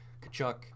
Kachuk